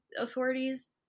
authorities